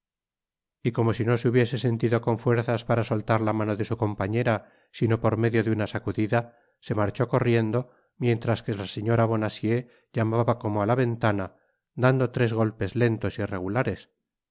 y como si no se hubiese sentido con fuerzas para soltar la mano de su compañera sino por medio de una sacudida se marchó corriendo mientras que la señora bonacieux llamaba como á la ventana dando tres golpes lentos